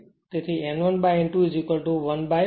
તેથી n1 n2 1 0